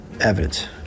evidence